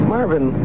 Marvin